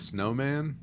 Snowman